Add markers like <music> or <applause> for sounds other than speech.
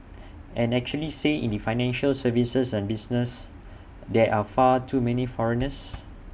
<noise> and actually say in the financial services and business there are far too many foreigners